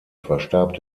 verstarb